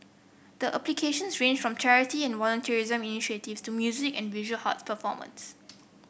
the applications ranged from charity and volunteerism initiatives to music and visual hat platforms